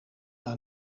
aan